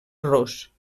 ros